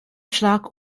schach